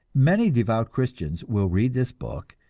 many devout christians will read this book,